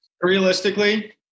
realistically